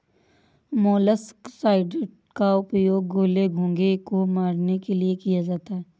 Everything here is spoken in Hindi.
मोलस्कसाइड्स का उपयोग गोले, घोंघे को मारने के लिए किया जाता है